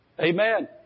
Amen